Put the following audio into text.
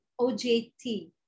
OJT